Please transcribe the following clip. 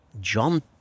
John